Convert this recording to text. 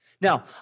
Now